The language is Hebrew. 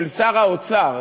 של שר האוצר